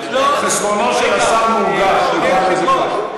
חסרונו של השר מורגש, נקרא לזה כך.